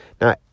Now